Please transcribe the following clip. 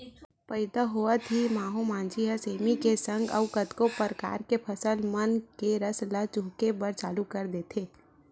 पइदा होवत ही माहो मांछी ह सेमी के संग अउ कतको परकार के फसल मन के रस ल चूहके के चालू कर देथे